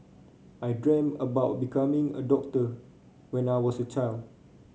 I dream of becoming a doctor when I was a child